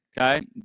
okay